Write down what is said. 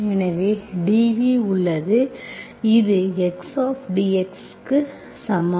எனவே dv உள்ளது இது x ஆப் dx க்கு சமம்